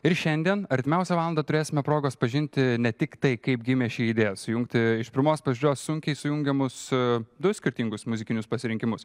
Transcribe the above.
ir šiandien artimiausią valandą turėsime progos pažinti ne tik tai kaip gimė ši idėja sujungti iš pirmos pradžios sunkiai sujungiamus du skirtingus muzikinius pasirinkimus